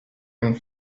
and